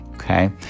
Okay